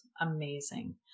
amazing